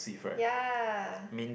ya